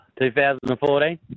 2014